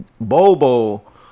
Bobo